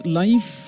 life